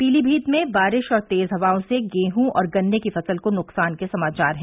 पीलीभीत में बारिश और तेज हवाओं से गेहूं और गन्ने की फसल को नुकसान के समाचार हैं